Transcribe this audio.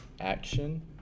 action